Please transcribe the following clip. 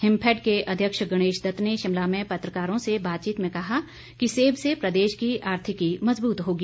हिमफैड के अध्यक्ष गणेशदत्त ने शिमला में पत्राकारों से बातचीत में कहा कि सेब से प्रदेश की आर्थिकी मजबूत होगी